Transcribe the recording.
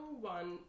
one